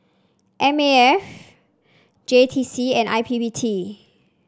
M A F J T C and I P P T